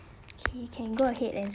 okay you can go ahead and